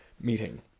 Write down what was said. meeting